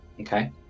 okay